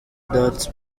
that